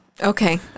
Okay